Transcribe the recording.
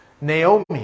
Naomi